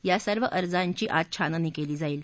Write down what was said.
या सर्व अर्जांची आज छाननी केली जाईल